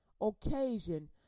occasion